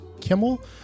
Kimmel